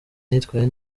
nitwaye